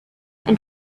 and